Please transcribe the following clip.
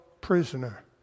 prisoner